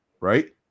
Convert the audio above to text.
right